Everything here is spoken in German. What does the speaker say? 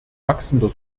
wachsender